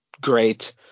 great